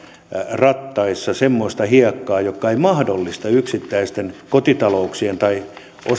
rattaissa semmoista hiekkaa joka ei mahdollista yksittäisten kotitalouksien tai